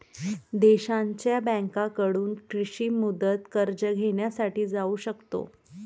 देशांच्या बँकांकडून कृषी मुदत कर्ज घेण्यासाठी जाऊ शकतो